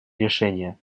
решения